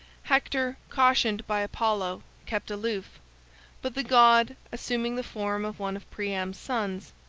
hector, cautioned by apollo, kept aloof but the god, assuming the form of one of priam's sons,